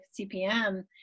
CPM